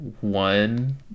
one